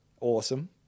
awesome